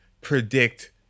predict